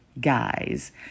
guys